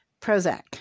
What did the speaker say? Prozac